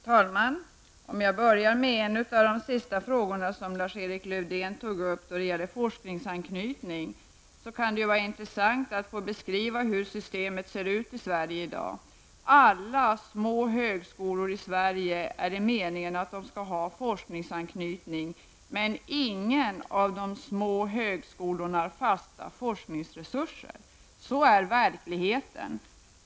Herr talman! Jag skall börja med en av de sista frågorna som Lars-Erik Lövdén tog upp och som gäller forskningsanknytning. Det kan vara intressant att få beskriva hur systemet ser ut i Sverige i dag. Det är meningen att alla små högskolor i Sverige skall ha forskningsanknytning, men ingen av de små högskolorna har fasta forskningsresurser. Så är verkligheten.